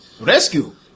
Rescue